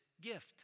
gift